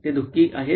ते दु खी आहेत